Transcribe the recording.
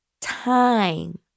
time